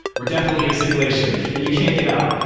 we're definitely in a simulation and you can't get out.